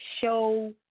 Show